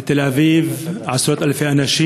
בתל-אביב, עשרות-אלפי אנשים